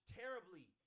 terribly